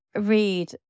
read